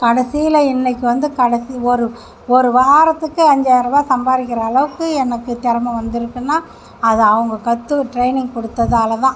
கடைசியில் இன்னைக்கு வந்து கடைசி ஒரு ஒரு வாரத்துக்கு அஞ்சாயிரம் ரூபா சம்பாதிக்கிற அளவுக்கு எனக்கு திறம வந்திருக்குனா அது அவங்க கற்று ட்ரைனிங் கொடுத்ததால தான்